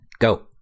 Go